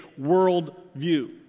worldview